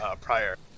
prior